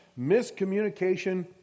miscommunication